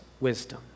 wisdom